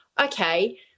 okay